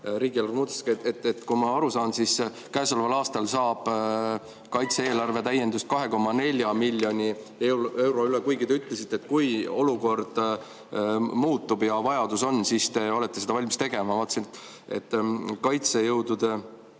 riigieelarve muutusega. Kui ma aru saan, siis käesoleval aastal saab kaitse‑eelarve täiendust 2,4 miljoni euro võrra. Kuigi te ütlesite, et kui olukord muutub ja vajadus on, siis te olete seda valmis tegema. Ma vaatasin, et kaitsejõudude